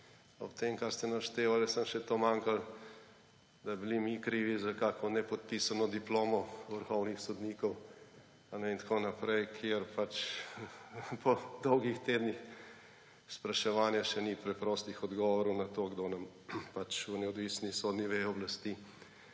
Ob tem kar ste naštevali, je samo še to manjkalo, da bi bili mi krivi za kakšno nepodpisano diplomo vrhovnih sodnikov in tako naprej, ker po dolgih tednih spraševanja še ni preprostih odgovorov na to, kdo nam v neodvisni sodni veji oblasti